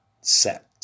Set